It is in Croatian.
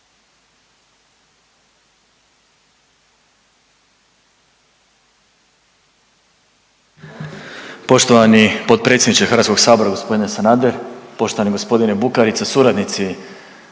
Poštovani potpredsjedniče Hrvatskog sabora gospodine Sanader, poštovani gospodine Bukarica, suradnici